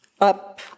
up